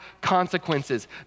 consequences